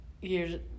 years